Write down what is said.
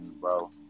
bro